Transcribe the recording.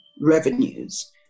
revenues